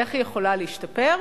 איך היא יכולה להשתפר,